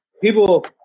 people